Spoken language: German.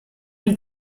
die